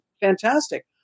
Fantastic